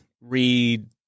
read